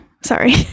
Sorry